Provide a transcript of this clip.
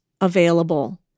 available